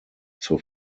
zur